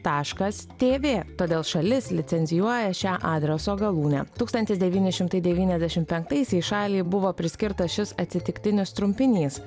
taškas tv todėl šalis licencijuoja šią adreso galūnę tūkstantis devyni šimtai devyniasdešim penktaisiais šaliai buvo priskirtas šis atsitiktinis trumpinys